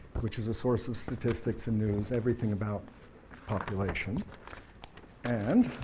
which is a source of statistics and news, everything about population and